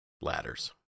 ladders